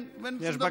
כן, אין שום דבר.